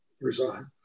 resign